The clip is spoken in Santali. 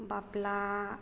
ᱵᱟᱯᱞᱟ